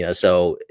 yeah so,